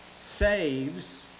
saves